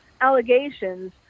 allegations